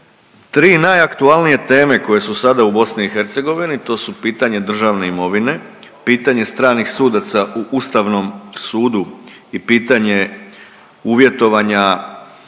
tri najaktualnije teme koje su sada u BiH, to su pitanje državne imovine, pitanje stranih sudaca u Ustavnom sudu i pitanje uvjetovanja